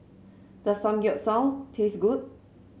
does Samgeyopsal taste good